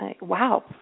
wow